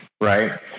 right